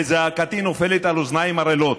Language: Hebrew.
וזעקתי נופלת על אוזניים ערלות.